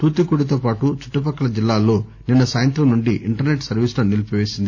తూత్తుకూడితోపాటు చుట్టపక్కల జిల్లాలలో నిన్న సాయంగ్రం నుండి ఇంటర్నెట్ సర్వీసులను నిలిపివేసింది